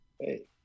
Hey